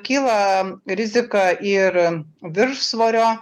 kyla rizika ir viršsvorio